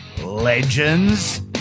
Legends